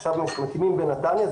עכשיו מקימים בנתניה,